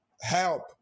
Help